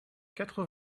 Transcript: quatre